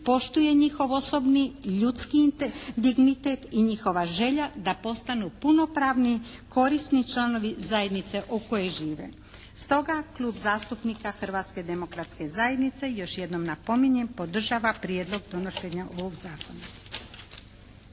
poštuje njihov osobni, ljudski dignitet i njihova želja da postanu punopravni korisni članovi zajednice u kojoj žive. Stoga Klub zastupnika Hrvatske demokratske zajednice još jednom napominjem podržava prijedlog donošenja ovog Zakona.